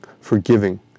forgiving